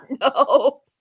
no